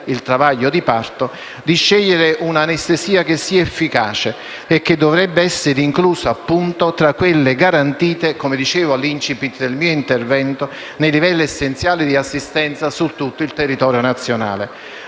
un diritto della partoriente scegliere un'anestesia che sia efficace e che dovrebbe essere inclusa tra quelle garantite, come dicevo nell'*incipit* del mio intervento, nei livelli essenziali di assistenza su tutto territorio nazionale.